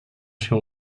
się